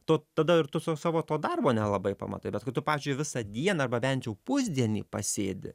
tu tada ir tu su savo to darbo nelabai pamatai bet kad tu pažiui visą dieną arba bent jau pusdienį pasėdi